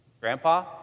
Grandpa